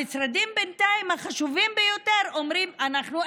המשרדים החשובים ביותר בינתיים אומרים: אנחנו,